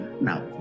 Now